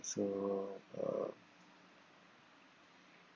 so uh